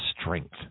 strength